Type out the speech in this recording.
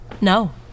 No